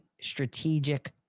strategic